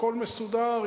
הכול מסודר,